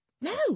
No